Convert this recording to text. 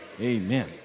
Amen